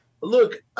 look